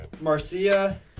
Marcia